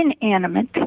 inanimate